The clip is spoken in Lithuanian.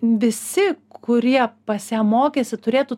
visi kurie pas ją mokėsi turėtų